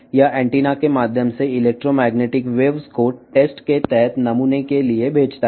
ఇది యాంటెన్నా ద్వారా విద్యుదయస్కాంత తరంగాలను పరీక్షించే నమూనా కు పంపుతుంది